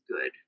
good